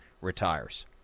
retires